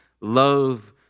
love